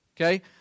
Okay